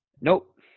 Nope